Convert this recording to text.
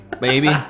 baby